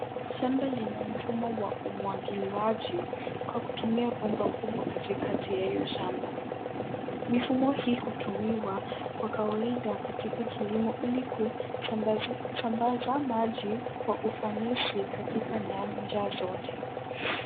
Shamba lina mfumo wa umwagiliaji kwa kutumia bomba kubwa katikati ya hio shamba. Mifumo hii hutumiwa kwa kawaida katika kilimo ili kusambaza maji kwa ufanisi katika nyanja zote.